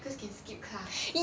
cause can skip class ya